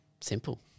simple